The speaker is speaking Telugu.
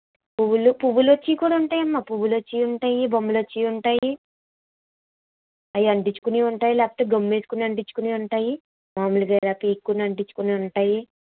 పువ్వులు పువ్వులొచ్చేవి కూడా ఉంటాయమ్మ పువ్వులు వచ్చేవి ఉంటాయి బొమ్మలు వచ్చేవి ఉంటాయి అవి అంటించుకునేవి ఉంటాయి లేకపోతే గమ్ము వేసుకుని అంటించుకునేవి ఉంటాయి మామూలుగా ఇలా తీసుకుని అంటించుకునేవి ఉంటాయి